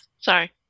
Sorry